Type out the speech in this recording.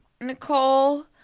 Nicole